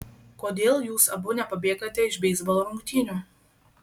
kodėl jūs abu nepabėgate iš beisbolo rungtynių